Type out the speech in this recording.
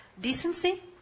decency